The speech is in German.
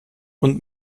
und